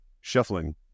shuffling